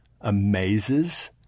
amazes